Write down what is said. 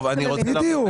טוב, בדיוק.